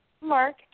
Mark